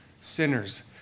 sinners